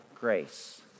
grace